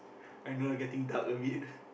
I know I getting dark a bit